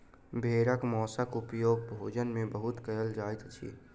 भेड़क मौंसक उपयोग भोजन में बहुत कयल जाइत अछि